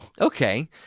Okay